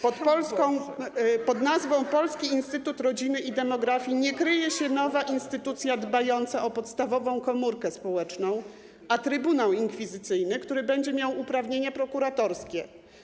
Pod nazwą Polski Instytut Rodziny i Demografii nie kryje się nowa instytucja dbająca o podstawową komórkę społeczną, a trybunał inkwizycyjny, który będzie miał uprawnienia prokuratorskie.